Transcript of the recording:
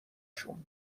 شون